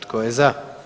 Tko je za?